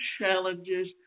challenges